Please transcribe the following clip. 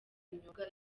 imyuga